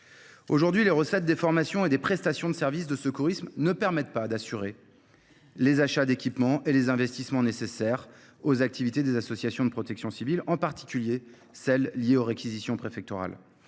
Aujourd’hui, les recettes des formations et des prestations de service de secourisme ne permettent pas d’assurer les achats d’équipements et les investissements nécessaires aux activités des associations agréées de protection civile, en particulier celles qui font l’objet de réquisitions préfectorales.